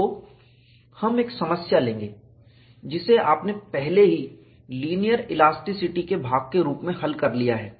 तो हम एक समस्या लेंगे जिसे आपने पहले ही लीनियर इलास्टिसिटी के भाग के रूप में हल कर लिया है